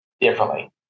differently